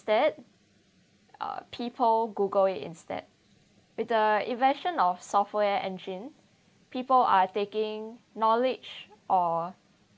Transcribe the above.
~tead uh people Google it instead with the invention of software engine people are taking knowledge or